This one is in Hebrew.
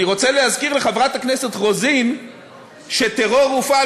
אני רוצה להזכיר לחברת הכנסת רוזין שטרור הופעל,